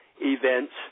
events